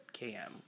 km